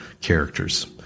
characters